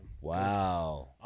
Wow